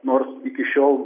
nors iki šiol